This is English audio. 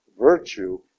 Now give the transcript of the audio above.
virtue